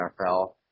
NFL